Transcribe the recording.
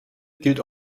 gilt